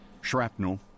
Shrapnel